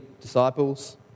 disciples